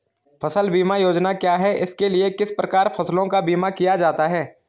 फ़सल बीमा योजना क्या है इसके लिए किस प्रकार फसलों का बीमा किया जाता है?